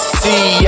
see